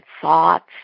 thoughts